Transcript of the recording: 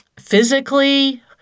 physically